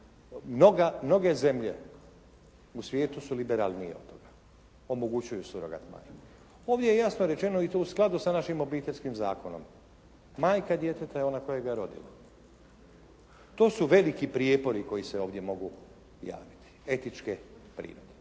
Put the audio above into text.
Mnoge zemlje u svijetu su liberalnije od toga, omogućuju surogat majke. Ovdje je jasno rečeno i to u skladu sa našim Obiteljskim zakonom. Majka djeteta je ona koja ga je rodila. To su veliki prijepori koji se ovdje mogu javiti etičke prirode.